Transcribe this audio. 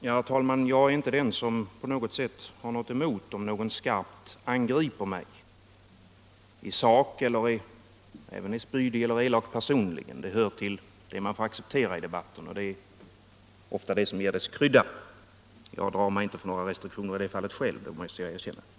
Herr talman! Jag har ingenting emot att någon skarpt angriper mig i sak eller mot att någon är spydig eller elak personligen — det hör till det som man får acceptera i debatten, och det är ofta det som ger den dess krydda. Jag måste erkänna att jag inte heller själv känner några restriktioner i det avseendet.